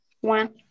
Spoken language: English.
one